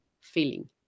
feeling